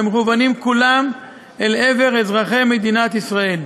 המכוונים כולם אל עבר אזרחי מדינת ישראל.